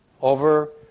Over